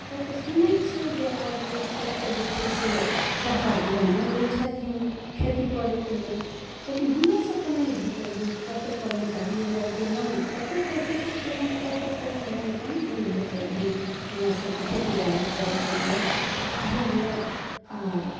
किए तऽ सुनै छियै जे आब लोक सबके जे छै से सरकार लोनो दै छथिन खेती करय के लेल लेकिन हमरे सबके नहि भेटल हँ कते कर्मचारियो लग गेलहुॅं कते कोशिशो केलहुॅं तऽ आइ तक कोनो लोन तोन नहि भेटल हँ हमरा सबके खेती बारी करऽ के लेल बुझलियै आ